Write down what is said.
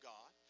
God